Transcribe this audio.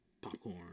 Popcorn